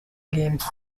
games